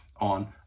on